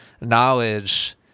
knowledge